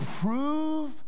prove